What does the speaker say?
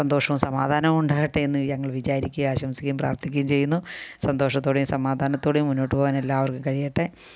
സന്തോഷവും സമാധാനവും ഉണ്ടാകട്ടെ എന്ന് ഞങ്ങൾ വിചാരിക്കുകയും ആശംസിക്കുകയും പ്രാർത്ഥിക്കുകയും ചെയ്യുന്നു സന്തോഷത്തോടെയും സമാധാനത്തോടെയും മുന്നോട്ട് പോവാൻ എല്ലാവർക്കും കഴിയട്ടെ